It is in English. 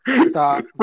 Stop